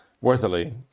worthily